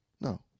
No